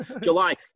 July